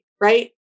right